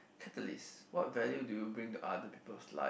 catalyst what value do you bring to other peoples life